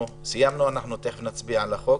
סיימנו, תכף נצביע על החוק.